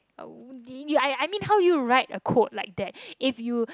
I I mean how you write a code like that if you